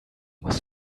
was